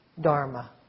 dharma